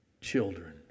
children